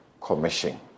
Commission